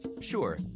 Sure